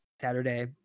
Saturday